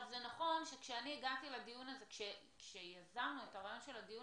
זה נכון שכשיזמנו את הדיון הזה